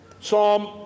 Psalm